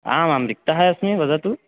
आमां रिक्तः अस्मि वदतु